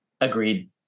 agreed